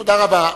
תודה רבה.